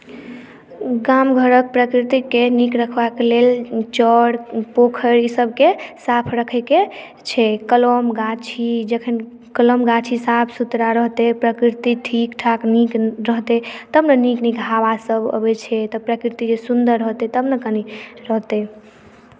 गाम घरक प्रकृतिकेँ नीक रखबाक लेल चर पोखरि ई सबकेँ साफ़ रखैके छै कलम गाछी जखन कलम गाछी साफ़ सुथरा रहतै प्रकृति ठीक ठाक नीक रहतै तब ने नीक नीक हवा सब अबै छै तऽ प्रकृति जे सुन्दर रहतै तब ने कनी रहतै